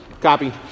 copy